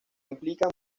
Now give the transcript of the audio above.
implica